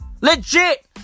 Legit